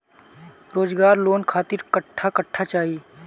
रोजगार लोन खातिर कट्ठा कट्ठा चाहीं?